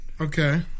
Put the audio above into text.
Okay